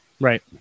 right